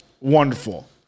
Wonderful